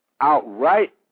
outright